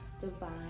divine